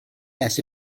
nes